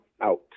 out